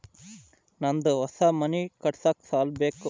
ನಂದು ಹೊಸ ಮನಿ ಕಟ್ಸಾಕ್ ಸಾಲ ಬೇಕು